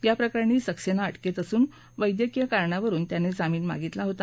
या प्रकरणी सक्सेना अटकेत असून वैद्यकीय कारणावरुन त्यानं जामीन मागितला होता